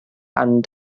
and